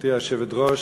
גברתי היושבת-ראש,